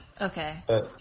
okay